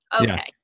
Okay